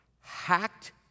hacked